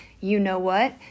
you-know-what